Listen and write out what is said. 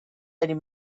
eddie